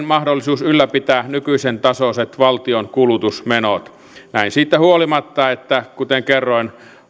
mahdollisuus ylläpitää nykyisen tasoiset valtion kulutusmenot näin siitä huolimatta kuten kerroin